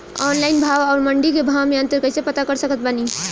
Online भाव आउर मंडी के भाव मे अंतर कैसे पता कर सकत बानी?